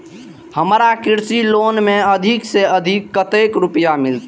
हमरा कृषि लोन में अधिक से अधिक कतेक रुपया मिलते?